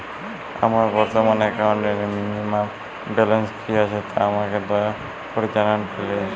আমার বর্তমান একাউন্টে মিনিমাম ব্যালেন্স কী আছে তা আমাকে দয়া করে জানান প্লিজ